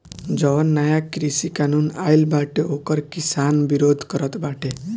जवन नया कृषि कानून आइल बाटे ओकर किसान विरोध करत बाटे